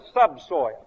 subsoil